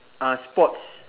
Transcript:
uh sports